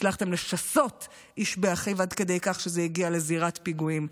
הצלחתם לשסות איש באחיו עד כדי כך שזה הגיע לזירת פיגועים.